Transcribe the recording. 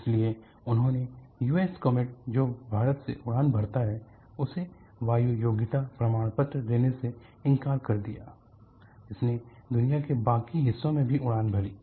इसलिए उन्होंने US comet जो भारत से उड़ान भरता है उसे वायु योग्यता प्रमाण पत्र देने से इनकार कर दिया इसने दुनिया के बाकी हिस्सों में भी उड़ान भरी